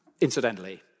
incidentally